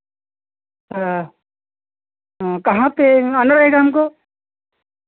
कहाँ पे आना रहेगा हमको